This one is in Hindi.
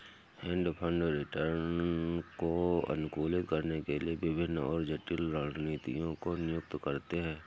हेज फंड रिटर्न को अनुकूलित करने के लिए विभिन्न और जटिल रणनीतियों को नियुक्त करते हैं